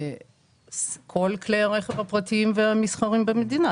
כל כלי הרכב הפרטיים והמסחריים במדינה,